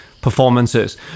performances